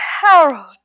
Harold